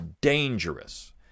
dangerous